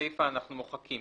את הסייפה אנחנו מוחקים.